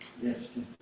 Yes